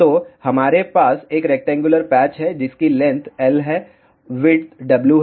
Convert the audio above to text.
तो यहाँ हमारे पास एक रेक्टेंगुलर पैच है जिसकी लेंथ L है विड्थ W है